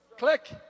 Click